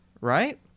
right